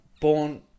Born